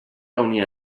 reunir